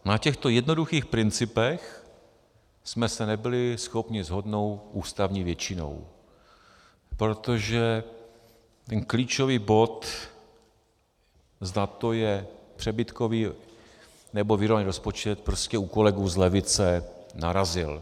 Na těchto jednoduchých principech jsme se nebyli schopni shodnout ústavní většinou, protože klíčový bod, zda to je přebytkový nebo vyrovnaný rozpočet, prostě u kolegů z levice narazil.